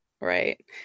Right